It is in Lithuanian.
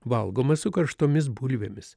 valgoma su karštomis bulvėmis